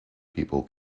people